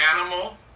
animal